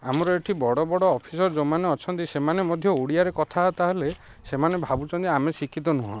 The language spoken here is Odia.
ଆମର ଏଠି ବଡ଼ ବଡ଼ ଅଫିସର ଯୋଉମାନେ ଅଛନ୍ତି ସେମାନେ ମଧ୍ୟ ଓଡ଼ିଆରେ କଥାବାର୍ତ୍ତା ହେଲେ ସେମାନେ ଭାବୁଛନ୍ତି ଆମେ ଶିକ୍ଷିତ ନୁହଁ